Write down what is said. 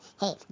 hey